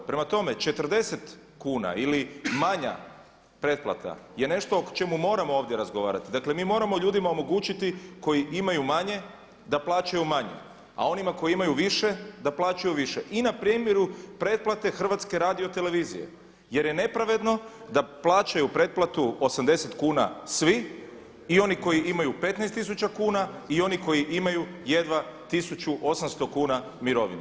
Prema tome, 40 kuna ili manja pretplata je nešto o čemu moramo ovdje razgovarati, dakle mi moramo ljudima omogućiti koji imaju manje da plaćaju manje, a onima koji imaju više da plaćaju više i na primjeru pretplate HRT-a jer je nepravedno da plaćaju pretplatu 80 kuna svi i oni koji imaju 15 tisuća kuna i oni koji imaju jedva 1800 kuna mirovinu.